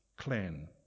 Clan